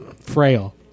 frail